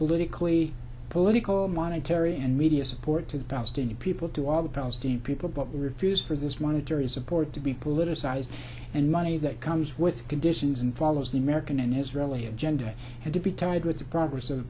politically political monetary and media support to the palestinian people to all the palestinian people but we refuse for this wanted to resupport to be politicized and money that comes with conditions and follows the american and israeli agenda had to be tied with the progress of the